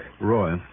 Roy